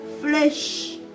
flesh